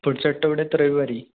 पुढच्या आठवड्यात रविवारी